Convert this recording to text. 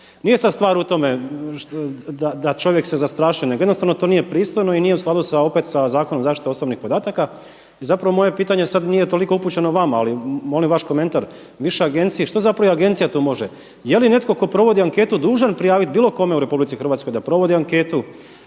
Nije sad stvar u tome da čovjek se zastraši nego jednostavno to nije pristojno i nije u skladu opet sa Zakonom o zaštiti osobnih podataka. I zapravo moje pitanje sad nije toliko upućeno vama, ali molim vaš komentar, više agenciji. Što zapravo i agencija tu može? Je li netko tko provodi anketu dužan prijaviti bilo kome u Republici Hrvatskoj da provodi anketu